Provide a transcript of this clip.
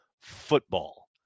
football